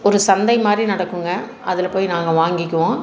ஒரு சந்தை மாதிரி நடக்கும்ங்க அதில் போய் நாங்கள் வாங்கிக்குவோம்